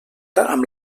amb